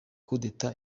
kudeta